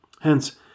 Hence